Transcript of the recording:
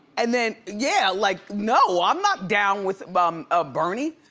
and then yeah, like no, i'm not down with but um ah bernie,